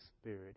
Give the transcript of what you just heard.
Spirit